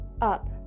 Up